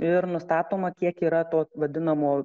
ir nustatoma kiek yra to vadinamo